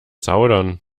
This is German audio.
zaudern